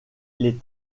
les